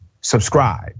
subscribe